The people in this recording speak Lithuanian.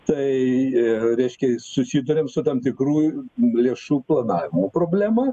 tai reiškia susiduriam su tam tikrųjų lėšų planavimo problema